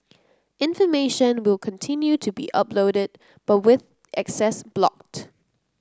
information will continue to be uploaded but with access blocked